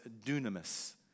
dunamis